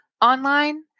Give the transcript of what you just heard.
online